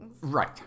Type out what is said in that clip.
Right